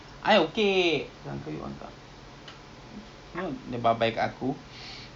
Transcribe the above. betul betul tu eh oh ya by the way just now I was looking at sedap mania punya website then uh